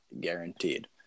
guaranteed